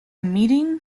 meeting